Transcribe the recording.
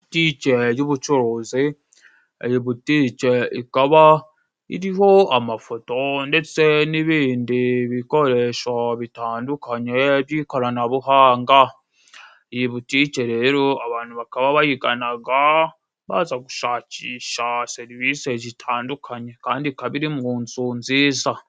Butike y'ubucuruzi，iyi butike ikaba iriho amafoto ndetse n'ibindi bikoresho bitandukanye by'ikoranabuhanga. Iyi butike rero abantu bakaba bayiganaga， baza gushakisha serivisi zitandukanye kandi ikaba iri mu nzu nziza.